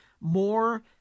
more